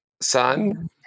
son